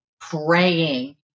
praying